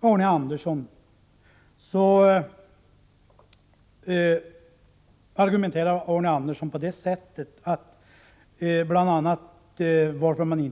på mig i detta sammanhang.